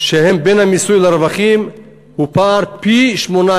שלהן בין המיסוי לרווחים הוא פער של פי-18.